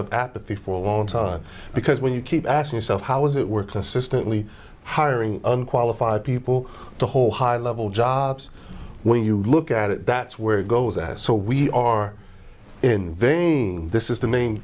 of apathy for a long time because when you keep asking yourself how is it we're consistently hiring unqualified people to hold high level jobs when you look at it that's where you go that so we are in vain this is the main